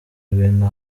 ibintu